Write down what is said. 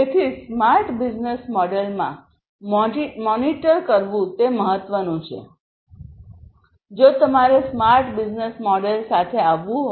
તેથી smart business મોડેલમાં monitor કરવું તે મહત્વનું છેજો તમારે સ્માર્ટ બિઝનેસ મોડેલ સાથે આવવું છે